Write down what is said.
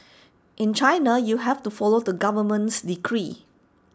in China you have to follow the government's decree